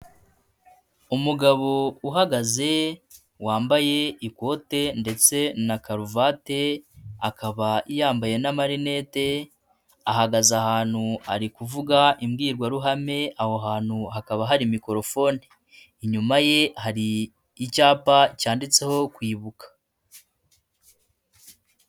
Umugabo uhagaze wambaye ikote ndetse na karuvati akaba yambaye n'amarinete ahagaze ahantu ari kuvuga imbwirwaruhame aho hantu hakaba hari mokorofone, inyuma ye hari icyapa cyanditseho kwibuka.